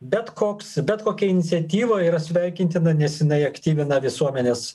bet koks bet kokia iniciatyva yra sveikintina nes jinai aktyvina visuomenės